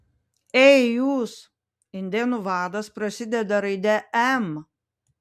ei jūs indėnų vadas prasideda raide m